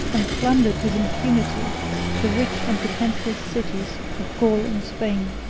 and plundered with impunity the rich and defenceless cities of gaul and spain.